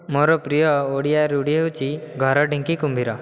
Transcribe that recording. ମୋର ପ୍ରିୟ ଓଡ଼ିଆ ରୂଢ଼ି ହେଉଛି ଘର ଢିଙ୍କି କୁମ୍ଭୀର